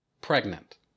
pregnant